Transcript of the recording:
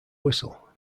whistle